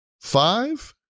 Five